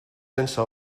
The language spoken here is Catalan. sense